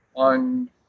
On